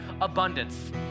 abundance